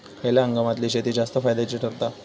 खयल्या हंगामातली शेती जास्त फायद्याची ठरता?